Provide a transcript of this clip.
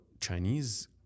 Chinese